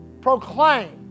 proclaim